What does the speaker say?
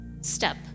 step